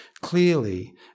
clearly